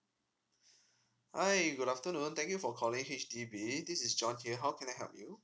hi good afternoon thank you for calling H_D_B this is john here how can I help you